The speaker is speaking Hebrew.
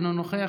אינו נוכח,